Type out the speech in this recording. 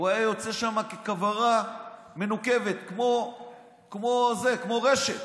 הוא היה יוצא משם ככברה מנוקבת, כמו רשת.